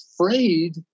afraid